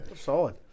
solid